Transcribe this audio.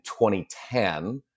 2010